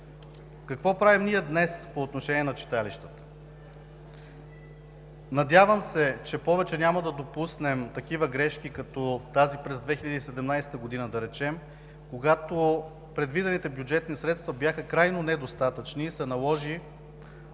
Какво правим ние днес по отношение на читалищата? Надявам се, че повече няма да допускаме такива грешки като тази през 2017 г., да речем, когато предвидените бюджетни средства бяха крайно недостатъчни и се наложи